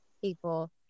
people